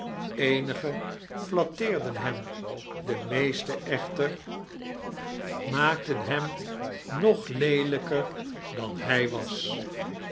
eenige flatteerden hem de meeste echter maakten hem nog leelijkeir dan hij was